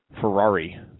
Ferrari